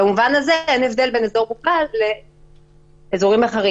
במובן הזה אין הבדל בין אזור מוגבל לאזורים אחרים